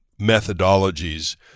methodologies